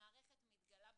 שהמערכת מתגלה ברפיסותה.